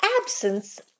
absence